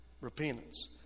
repentance